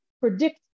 predict